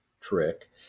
trick